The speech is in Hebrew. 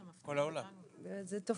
בכל העולם זה תופעה.